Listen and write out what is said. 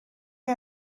chi